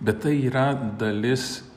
bet tai yra dalis